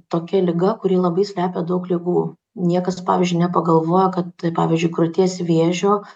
tokia liga kuri labai slepia daug ligų niekas pavyzdžiui nepagalvoja kad tai pavyzdžiui krūties vėžio